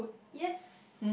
yes